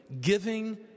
Giving